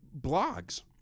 blogs